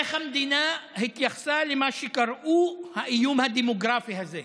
איך המדינה התייחסה למה שקראו האיום הדמוגרפי הזה?